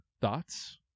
Thoughts